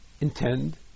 intend